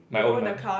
my own ah